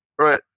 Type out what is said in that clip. Right